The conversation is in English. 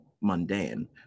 mundane